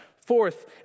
Fourth